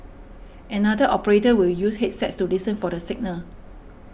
another operator will use headsets to listen for the signal